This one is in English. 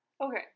Okay